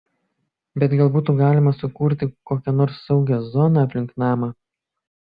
bet gal būtų galima sukurti kokią nors saugią zoną aplink namą